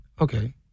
Okay